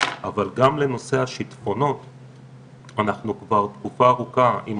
איך אנחנו בונים את